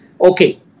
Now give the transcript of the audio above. Okay